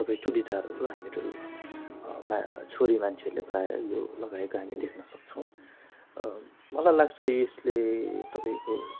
तपाईँ चुडिदारहरू हामीहरू छोरी मान्छेहरूले प्रायः यो लगाएको हामी देख्न सक्छौँ मलाई लाग्छ यसले तपाईँको